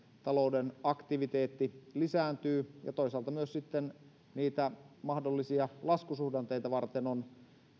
talouden aktiviteetti lisääntyy ja toisaalta myös sitten mahdollisia laskusuhdanteita varten on